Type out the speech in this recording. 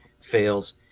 Fails